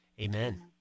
amen